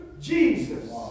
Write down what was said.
Jesus